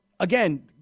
Again